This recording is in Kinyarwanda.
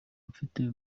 mfite